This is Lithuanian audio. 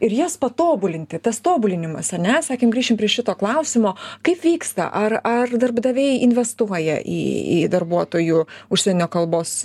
ir jas patobulinti tas tobulinimas ar ne sakėm grįšim prie šito klausimo kaip vyksta ar ar darbdaviai investuoja į į darbuotojų užsienio kalbos